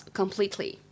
completely